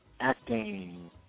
Acting